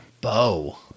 Bo